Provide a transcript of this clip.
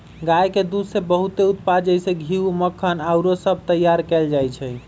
गाय के दूध से बहुते उत्पाद जइसे घीउ, मक्खन आउरो सभ तइयार कएल जाइ छइ